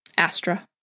Astra